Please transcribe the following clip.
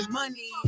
money